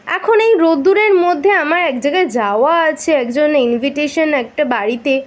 এখন এই রোদ্দুরের মধ্যে আমার এক জায়গায় যাওয়া আছে একজন ইনভিটেশন একটা বাড়িতে